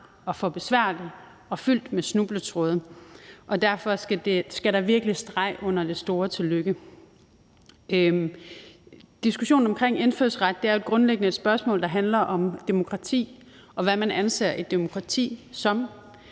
og for besværlig og fyldt med snubletråde, og derfor skal der virkelig streg under det store tillykke. Diskussionen om indfødsret er jo grundlæggende et spørgsmål, der handler om demokrati og om, hvad man anser et demokrati som